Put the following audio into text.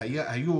היו